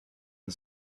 and